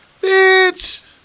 Bitch